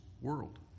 world